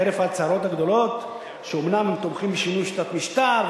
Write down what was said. חרף ההצהרות הגדולות שאומנם הם תומכים בשינוי שיטת משטר,